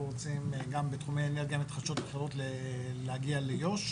אנחנו רוצים גם בתחומי אנרגיות מתחדשות אחרות להגיע ליו"ש.